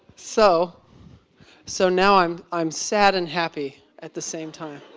so so now i'm i'm sad and happy. at the same time.